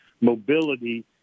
mobility